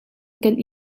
kan